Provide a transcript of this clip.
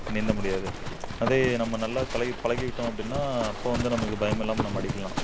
நீந்த முடியாது அதே நம்ம நல்லா கலை பழகிக்கிட்டோம் அப்படின்னா அப்போ வந்து நமக்கு பயமில்லாமல் நம்ம அடிக்கலாம்